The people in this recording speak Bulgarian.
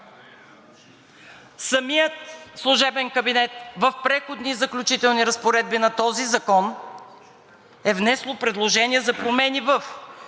Самият служебен кабинет в Преходните и заключителните разпоредби на този закон е внесло предложение за промени в